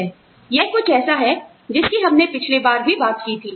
यह कुछ ऐसा है जिसकी हमने पिछली बार भी बात की थी